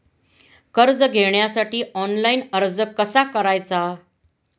कर्ज घेण्यासाठी ऑनलाइन अर्ज कसा करायचा?